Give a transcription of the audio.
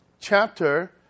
chapter